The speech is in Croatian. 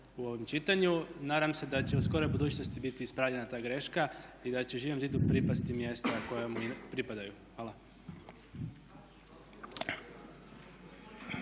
Hvala